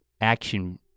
action